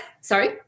sorry